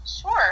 Sure